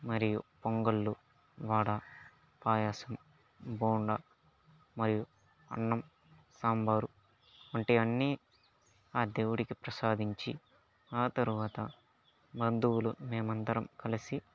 మరియు పొంగళ్ళు వడ పాయాసం బోండా మరియు అన్నం సాంబారు అంటే అన్ని ఆ దేవుడికి ప్రసాదించి ఆ తర్వాత బంధువులు మేమందరం కలిసి